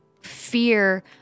fear